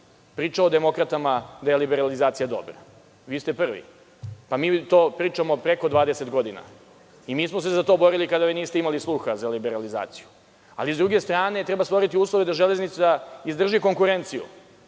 priča o demokratama da je liberalizacija dobra, vi ste prvi. Mi to pričamo preko 20 godina i mi smo se za to borili kada vi niste imali sluha za liberalizaciju. Ali, sa druge strane treba stvoriti uslove da „Železnica“ izdrži konkurenciju.